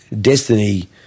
Destiny